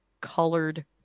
colored